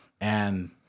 And-